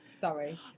Sorry